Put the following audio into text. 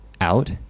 out